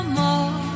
more